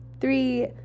three